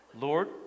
Lord